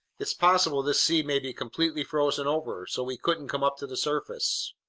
it's possible this sea may be completely frozen over, so we couldn't come up to the surface!